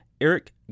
Eric